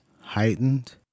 heightened